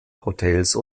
hotels